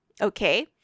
Okay